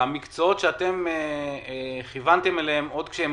המקצועות שאתם כיוונתם אליהם עוד כשהם